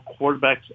quarterbacks